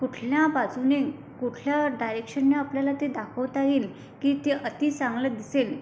कुठल्या बाजूने कुठल्या डायरेक्शनने आपल्याला ते दाखवता येईल की ते अतिचांगलं दिसेल